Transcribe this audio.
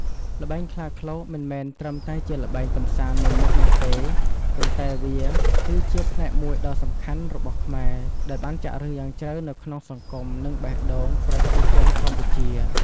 ល្បែងខ្លាឃ្លោក មិនមែនត្រឹមតែជាល្បែងកម្សាន្តមួយមុខនោះទេ ប៉ុន្តែវាគឺជា ផ្នែកមួយដ៏សំខាន់របស់ខ្មែរ ដែលបានចាក់ឫសយ៉ាងជ្រៅនៅក្នុងសង្គម និងបេះដូងប្រជាជនកម្ពុជា។